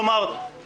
כלומר,